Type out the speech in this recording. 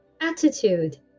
...attitude